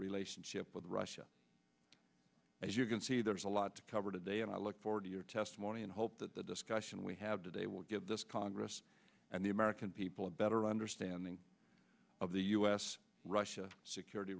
relationship with russia as you can see there's a lot to cover today and i look forward to your testimony and hope that the discussion we have today will give this congress and the american people a better understanding of the u s russia security